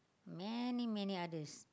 many many others